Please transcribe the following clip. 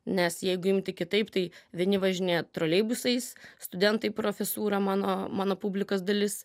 nes jeigu imti kitaip tai vieni važinėja troleibusais studentai profesūra mano mano publikos dalis